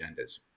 agendas